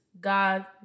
God